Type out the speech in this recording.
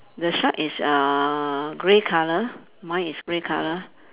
the shark is uh grey colour mine is grey colour